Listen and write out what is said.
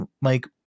Mike